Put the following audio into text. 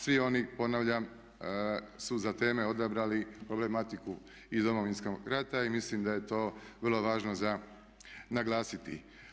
Svi oni ponavljam su za teme odabrali problematiku iz Domovinskog rata i mislim da je to vrlo važno za naglasiti.